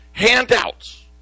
Handouts